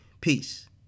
Peace